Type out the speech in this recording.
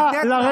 לתת לה.